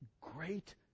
Great